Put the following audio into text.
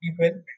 people